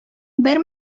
бер